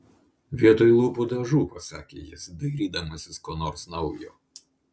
vietoj lūpų dažų pasakė jis dairydamasis ko nors naujo